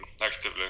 actively